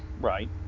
Right